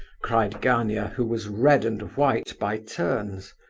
cried gania, who was red and white by turns.